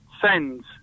Sends